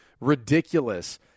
ridiculous